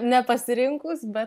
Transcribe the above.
ne pasirinkus bet